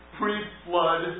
pre-flood